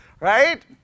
Right